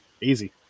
Easy